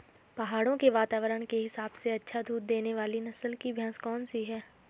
पहाड़ों के वातावरण के हिसाब से अच्छा दूध देने वाली नस्ल की भैंस कौन सी हैं?